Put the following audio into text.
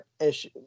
issue